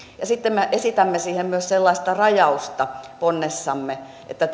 sitten me esitämme siihen myös sellaista rajausta ponnessamme että